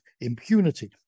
impunity